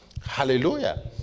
hallelujah